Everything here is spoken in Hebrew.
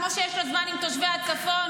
כמו שיש לה זמן עם תושבי הצפון,